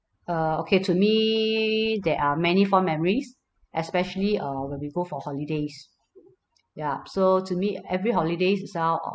uh okay to me there are many fond memories especially uh when we go for holidays yup so to me every holidays itself err